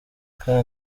kuko